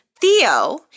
Theo